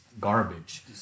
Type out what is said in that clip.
garbage